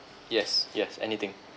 yes yes anything